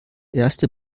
erste